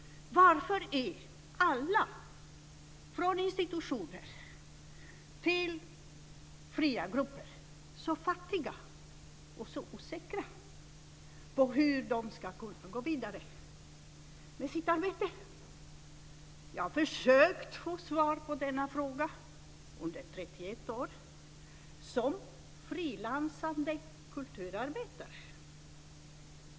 Varför är alla, från institutioner till fria grupper, så fattiga och så osäkra på hur de ska kunna gå vidare med sitt arbete? Jag har försökt få svar på denna fråga under 31 år som frilansande kulturarbetare.